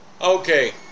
Okay